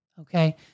Okay